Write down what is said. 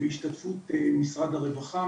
בהשתתפות משרד הרווחה,